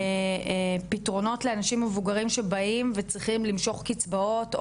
לפתרונות לאנשים מבוגרים שבאים וצריכים למשוך קצבאות,